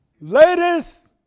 Ladies